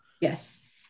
Yes